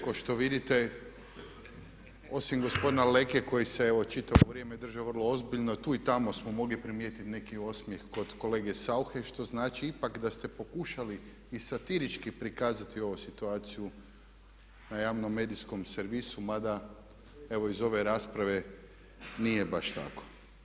Kao što vidite osim gospodina Leke koji se evo čitavo vrijeme državo vrlo ozbiljno tu i tamo smo mogli primijetiti neki osmijeh kod kolege Sauche što znači ipak da ste pokušali i satirički prikazati ovu situaciju na javnom medijskom servisu mada evo iz ove rasprave nije baš tako.